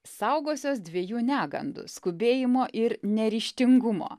saugosiuos dviejų negandų skubėjimo ir neryžtingumo